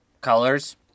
Colors